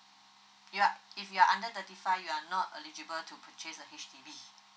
you are if you are under thirty five you are not eligible to purchase the H_D_B